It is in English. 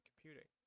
computing